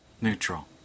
Neutral